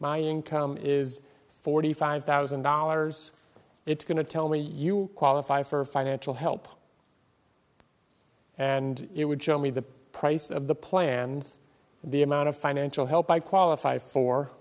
my income is forty five thousand dollars it's going to tell me you qualify for financial help and it would show me the price of the plan and the amount of financial help i qualify for